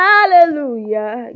Hallelujah